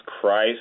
Christ